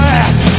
ass